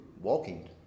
walking